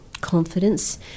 confidence